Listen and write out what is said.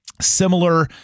similar